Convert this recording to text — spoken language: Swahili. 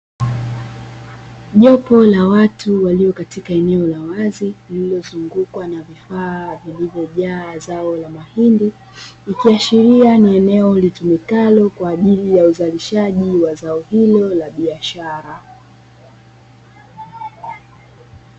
Jopo la watu walio katika eneo la wazi lililozungukwa na vifaa vilivyojaa zao la mahindi, ikiashiria ni eneo litumikalo kwa ajili ya uzalishaji wa zao hilo la biashara.